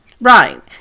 Right